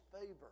favor